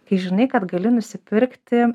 kai žinai kad gali nusipirkti